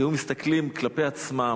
היו מסתכלים כלפי עצמם,